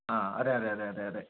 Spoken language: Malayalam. ആ ആ അതെ അതെ അതെ അതെ അതെ